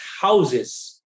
houses